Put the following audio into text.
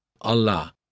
Allah